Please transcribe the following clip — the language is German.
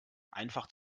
einfach